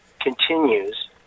continues